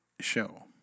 show